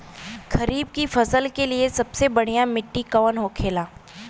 खरीफ की फसल के लिए सबसे बढ़ियां मिट्टी कवन होखेला?